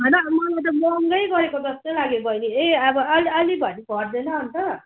होइन मलाई महँगै गरेकै जस्तो लाग्यो बहिनीले ए अब अलिअलि भरे घट्दैन अन्त